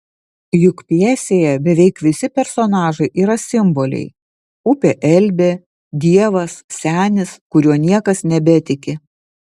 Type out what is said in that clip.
juk pjesėje beveik visi personažai yra simboliai upė elbė dievas senis kuriuo niekas nebetiki